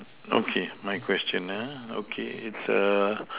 okay my question uh okay it's a